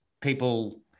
people